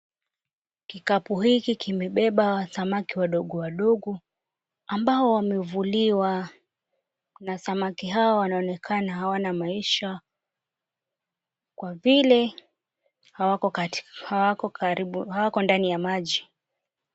Kikapu hiki kimebeba samaki wadogo wadogo, ambao wamevuliwa na samaki hawa wanaonekana hawana maisha. Kwa vile, hawako kati hawako karibu hawako ndani ya maji.